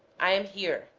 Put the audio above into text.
i am here